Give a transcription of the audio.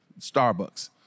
Starbucks